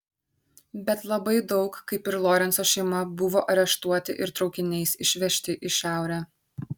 bet labai daug kaip ir lorenco šeima buvo areštuoti ir traukiniais išvežti į šiaurę